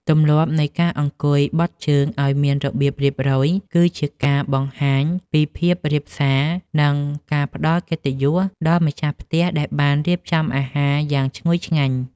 ទម្លាប់នៃការអង្គុយបត់ជើងឱ្យមានរបៀបរៀបរយគឺជាការបង្ហាញពីភាពរាបសារ និង ការផ្តល់កិត្តិយសដល់ម្ចាស់ផ្ទះដែលបានរៀបចំអាហារយ៉ាងឈ្ងុយឆ្ងាញ់។